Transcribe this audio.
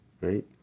right